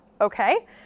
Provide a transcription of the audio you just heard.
okay